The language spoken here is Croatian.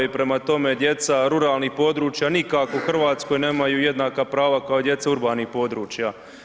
I prema tome, djeca ruralnih područja nikako u Hrvatskoj nemaju jednaka prava kao djeca urbanih područja.